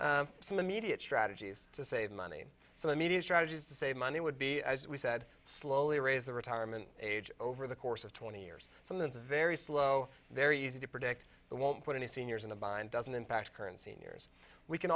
some immediate strategies to save money so the media strategies to save money would be as we said slowly raise the retirement age over the course of twenty years from the very slow very easy to predict the won't put any seniors in a bind doesn't impact current seniors we can